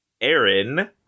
Aaron